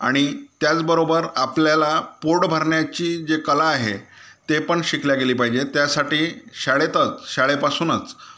आणि त्याचबरोबर आपल्याला पोट भरण्याची जे कला आहे ते पण शिकल्या गेली पाहिजे त्यासाठी शाळेत शाळेपासूनच